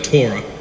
Torah